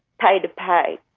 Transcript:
pay to pay,